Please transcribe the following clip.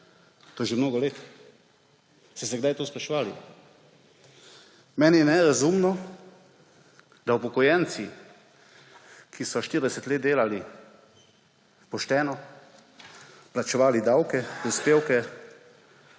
to je že mnogo let. Ste se kdaj to spraševali? Meni je nerazumno, da upokojenci, ki so 40 let delali pošteno, plačevali davke, prispevke,